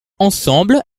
ensemble